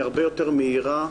היא הרבה יותר מהירה,